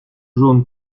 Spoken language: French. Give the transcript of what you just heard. jaune